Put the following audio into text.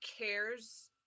cares